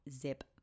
zip